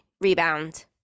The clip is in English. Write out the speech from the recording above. rebound